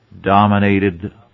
dominated